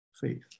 faith